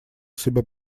себе